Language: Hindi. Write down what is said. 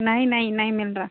नहीं नहीं नहीं मिल रहा